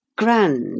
Grand